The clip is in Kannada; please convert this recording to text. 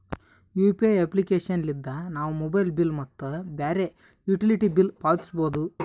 ಯು.ಪಿ.ಐ ಅಪ್ಲಿಕೇಶನ್ ಲಿದ್ದ ನಾವು ಮೊಬೈಲ್ ಬಿಲ್ ಮತ್ತು ಬ್ಯಾರೆ ಯುಟಿಲಿಟಿ ಬಿಲ್ ಪಾವತಿಸಬೋದು